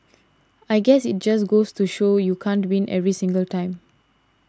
I guess it just goes to show you can't win every single time